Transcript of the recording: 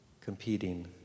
competing